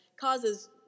causes